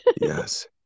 yes